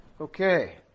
Okay